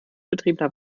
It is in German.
betriebener